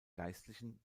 geistlichen